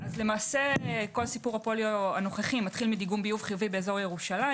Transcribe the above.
כל סיפור הפוליו הנוכחי מתחיל מדיגום ביוב חיובי באזור ירושלים,